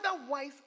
otherwise